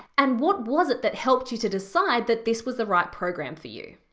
and what was it that helped you to decide that this was the right program for you?